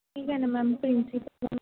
ठीक आहे ना मॅम प्रिन्सिपल